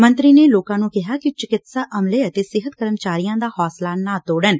ਮੰਤਰੀ ਨੇ ਲੋਕਾਂ ਨੂੰ ਕਿਹਾ ਕਿ ਚਿਕਿਤਸਾ ਅਮਲੇ ਅਤੇ ਸਿਹਤ ਕਰਮਚਾਰੀਆਂ ਦਾ ਹੌਂਸਲਾ ਨਾ ਤੋੜਣ